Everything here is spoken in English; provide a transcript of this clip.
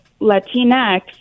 Latinx